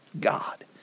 God